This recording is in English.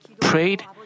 prayed